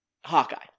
Hawkeye